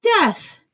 death